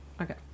Okay